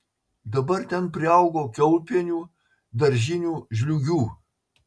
dabar ten priaugo kiaulpienių daržinių žliūgių